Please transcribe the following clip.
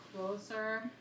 closer